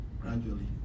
gradually